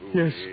yes